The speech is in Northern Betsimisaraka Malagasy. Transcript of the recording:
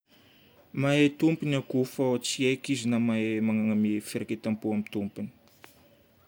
Mahay tompony akoho fao tsy haiky izy na mahay- magnamia firaiketam-po amin'ny tompony.